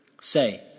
Say